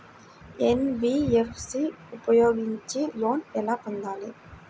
NBFC ఉపయోగించి loan ఎలా పొందాలి?